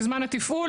בזמן התפעול,